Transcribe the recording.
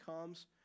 comes